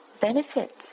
benefits